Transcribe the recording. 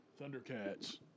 Thundercats